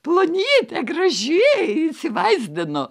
plonytė graži įsivaizdinu